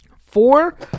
Four